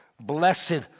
Blessed